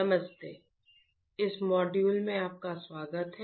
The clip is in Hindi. नमस्ते इस मॉड्यूल में आपका स्वागत है